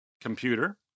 computer